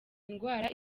indwara